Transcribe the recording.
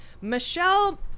Michelle